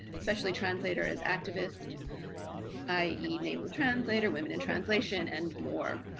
especially translator as activist i e. name the translator, women in translation and more?